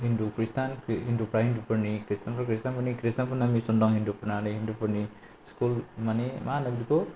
हिन्दु ख्रिस्थान हिन्दुफ्रा हिन्दुफोरनि ख्रिस्थानफ्रा ख्रिस्थानफोरनि ख्रिस्थानफोरना मिसन दं हिन्दुफोरना नै हिन्दुफोरनि स्खुल माने मा होनो बिदिखौ